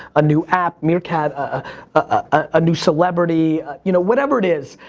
a new app, meerkat, ah a new celebrity, you know, whatever it is,